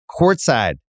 courtside